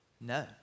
No